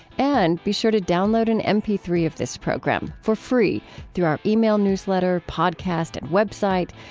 and be sure to download an m p three of this program for free through our ah e-mail newsletter, podcast, and web site.